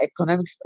economic